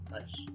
Nice